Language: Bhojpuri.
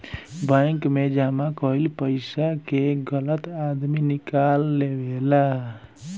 बैंक मे जमा कईल पइसा के गलत आदमी निकाल लेवेला